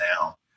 now